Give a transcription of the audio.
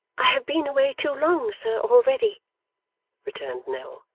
i have been away too long, sir, already returned nell,